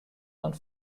und